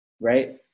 right